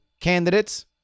candidates